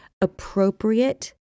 appropriate